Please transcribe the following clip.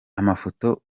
amafoto